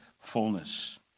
fullness